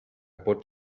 pot